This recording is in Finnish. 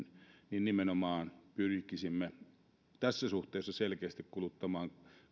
nimenomaan pyrkisimme tässä suhteessa selkeästi kuluttamaan